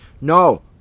No